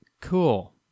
Cool